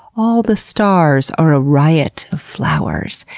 all the stars are a riot of flowers.